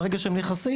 ברגע שהם נכנסים,